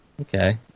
Okay